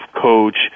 coach